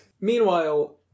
Meanwhile